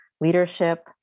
leadership